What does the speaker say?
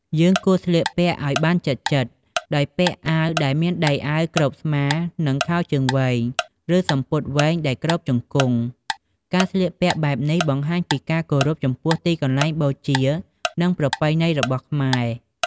យើងគួរ ស្លៀកពាក់ឲ្យបានជិតៗ ដោយពាក់អាវដែលមាន ដៃអាវគ្របស្មា និង ខោជើងវែង ឬសំពត់វែងដែលគ្របជង្គង់ ការស្លៀកពាក់បែបនេះបង្ហាញពីការគោរពចំពោះទីកន្លែងបូជានិងប្រពៃណីរបស់ខ្មែរ។